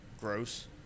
gross